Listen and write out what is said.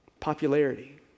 Popularity